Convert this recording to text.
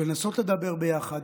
ולנסות לדבר ביחד,